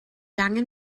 angen